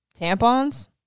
Tampons